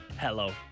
hello